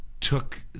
took